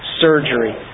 surgery